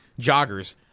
joggers